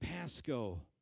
Pasco